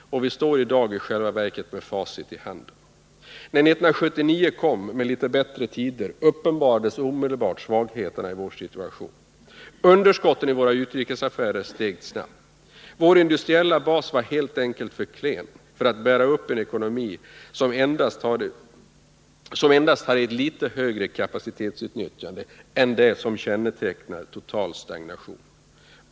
Vi står i dag i själva verket med facit i handen. När 1979 kom med litet bättre tider, uppenbarades omedelbart svagheterna i vår situation. Underskotten i våra utrikesaffärer steg snabbt. Vår industriella bas var helt enkelt för klen för att kunna bära upp en ekonomi som endast hade ett litet högre kapacitetsutnyttjande än det som kännetecknar total stagnation.